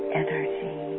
energy